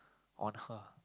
on her